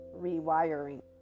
rewiring